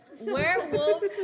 Werewolves